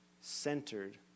centered